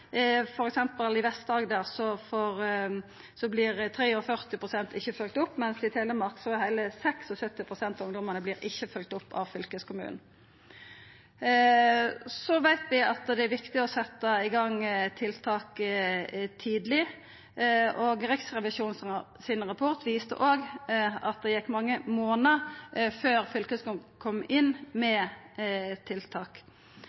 I Vest-Agder, f.eks., vert 43 pst. ikkje følgde opp, mens i Telemark vert heile 76 pst. av ungdomane ikkje følgde opp av fylkeskommunen. Vi veit at det er viktig å setja i gang tiltak tidleg. Rapporten frå Riksrevisjonen viste òg at det gjekk mange månader før fylkeskommunen kom inn med tiltak.